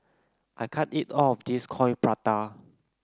I can't eat all of this Coin Prata